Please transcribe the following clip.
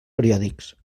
periòdics